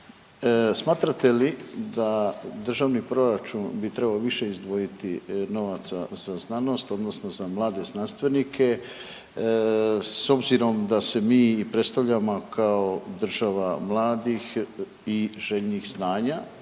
Smatrate li da državni proračun bi trebao više izdvojiti novaca za znanost odnosno za mlade znanstvenike s obzirom da se mi i predstavljamo kao država mladih i željnih znanja